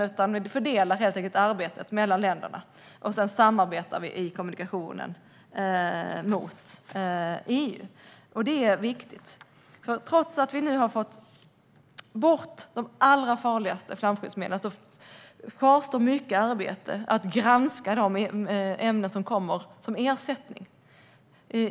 Vi fördelar helt enkelt arbetet mellan länderna, och sedan samarbetar vi i kommunikationen med EU. Det är viktigt, för trots att vi nu har fått bort de allra farligaste flamskyddsmedlen kvarstår mycket arbete med att granska de ämnen som kommer som ersättning.